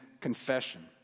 confession